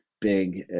big